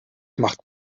macht